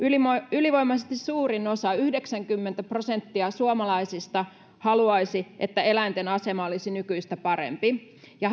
ylivoimaisesti suurin osa yhdeksänkymmentä prosenttia suomalaisista haluaisi että eläinten asema olisi nykyistä parempi ja